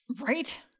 Right